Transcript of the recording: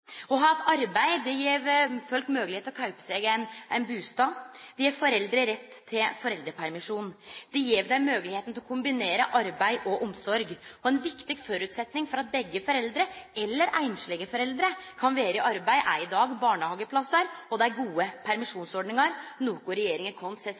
Å ha eit arbeid gjev folk moglegheit til å kjøpe seg ein bustad. Det gjev foreldre rett til foreldrepermisjon. Det gjev dei moglegheit til å kombinere arbeid og omsorg. Ein viktig føresetnad for at begge foreldre, eller einslege foreldre, kan vere i arbeid, er i dag barnehageplassar og gode